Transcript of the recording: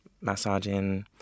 massaging